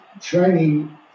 training